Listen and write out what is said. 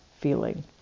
feeling